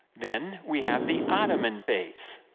then, we have the ottoman phase.